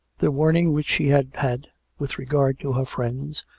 the warning which she had had with regard to her friends,